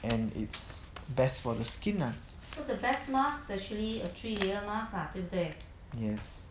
and it's best for the skin lah yes